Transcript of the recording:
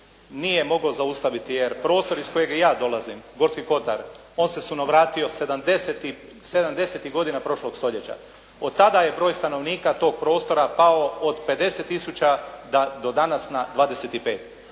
Nije mogao zaustaviti jer prostor iz kojega ja dolazim, Gorski kotar, on se sunovratio sedamdeset i, sedamdesetih godina prošlog stoljeća. Od tada je broj stanovnika tog prostora pao od 50 tisuća do danas na 25.